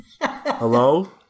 Hello